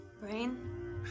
brain